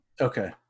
Okay